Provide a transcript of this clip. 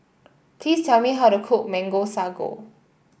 please tell me how to cook Mango Sago